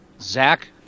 Zach